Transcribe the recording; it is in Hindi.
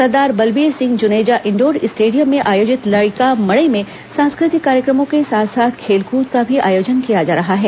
सरदार बलबीर सिंह जूनेजा इंडोर स्टेडियम में आयोजित लईका मड़ई में सांस्कृतिक कार्यक्रमों के साथ साथ खेलकूद का भी आयोजन किया जा रहा है